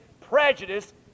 prejudice